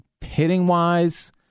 hitting-wise